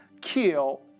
kill